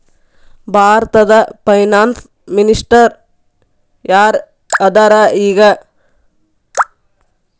ಭಾರತದ finance minister ಯಾರ್ ಅದರ ಈಗ?